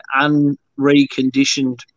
unreconditioned